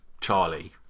charlie